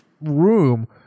room